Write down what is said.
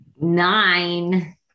Nine